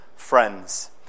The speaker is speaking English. friends